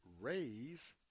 raise